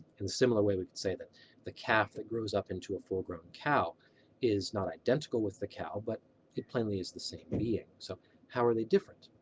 in a similar way we could say that the calf that grows up into a full-grown cow is not identical with the cow but it plainly is the same being. so how are they different?